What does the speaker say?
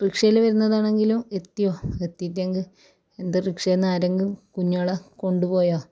റിക്ഷയിൽ വരുന്നതാണെങ്കിലും എത്തിയോ എത്തീറ്റെങ്കിൽ എന്തെ റിക്ഷയിന്നാരേങ്കും കുഞ്ഞോളെ കൊണ്ടുപോയോ